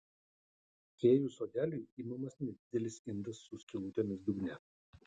fėjų sodeliui imamas nedidelis indas su skylutėmis dugne